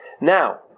now